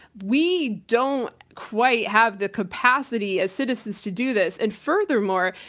we don't quite have the capacity as citizens to do this. and furthermore,